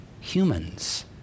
humans